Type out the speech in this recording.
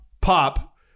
Pop